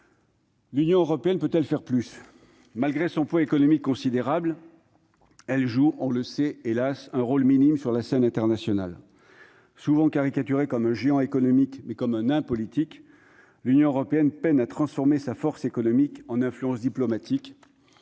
L'Union européenne peut-elle faire plus ? Malgré son poids économique considérable, elle joue hélas un rôle minime sur la scène internationale. Souvent caricaturée comme un géant économique, mais un nain politique, l'Union européenne peine à transformer sa force économique en influence diplomatique,